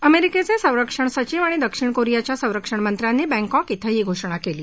अमेरिकेचे संरक्षण सचिव आणि दक्षिण कोरियाच्या संरक्षण मंत्र्यांनी बँकॉक श्वे ही घोषणा केली